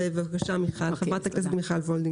בבקשה, חברת הכנסת מיכל וולדיגר.